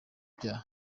ibyaha